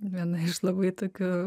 viena iš labai tokių